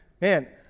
Man